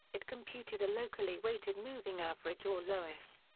it computed a locally weighted moving average or loess.